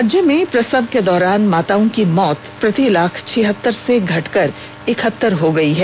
राज्य में प्रसव के दौरान माताओं की मौत प्रति लाख छिहत्तर से घटकर इकहतर हो गई है